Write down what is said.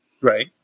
Right